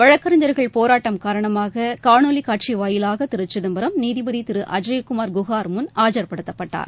வழக்கறிஞர்கள் போராட்டம் காரணமாக காணொலி காட்சி வாயிலாக திரு சிதம்பரம் நீதிபதி திரு அஜய்குமார் குஹார் முன் ஆஜர்படுத்தப்பட்டார்